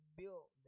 build